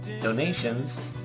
Donations